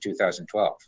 2012